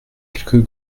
quelques